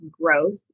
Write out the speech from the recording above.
growth